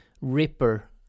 ripper